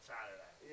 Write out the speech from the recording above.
Saturday